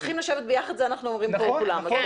לשבת ביחד, את זה אנחנו אומרים כולנו.